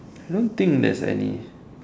I don't think there's any